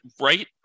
right